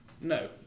no